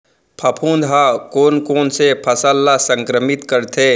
फफूंद ह कोन कोन से फसल ल संक्रमित करथे?